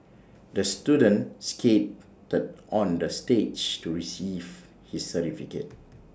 the student skated the stage to receive his certificate